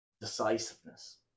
decisiveness